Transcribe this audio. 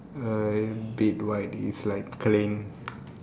a bit white is like clean